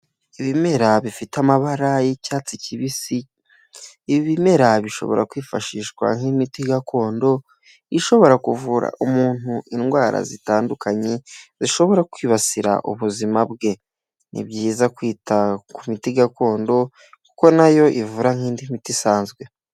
Ibimera bifite amabara y'icyatsi kibisi, ibi bimera bishobora kwifashishwa nk'imiti gakondo, ishobora kuvura umuntu indwara zitandukanye, zishobora kwibasira ubuzima bwe, ni byiza kwita ku miti gakondo kuko na yo ivura nk'indi miti isanzwe.